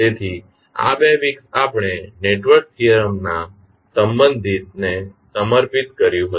તેથી આ બે વીક્સ આપણે નેટવર્ક થીયરમ ના સંબંધિત ને સમર્પિત કર્યું હતું